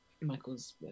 Michael's